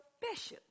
bishops